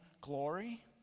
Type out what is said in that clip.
glory